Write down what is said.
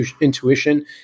intuition